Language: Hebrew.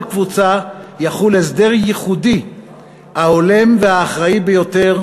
ועל כל קבוצה יחול הסדר ייחודי ההולם והאחראי ביותר